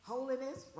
Holiness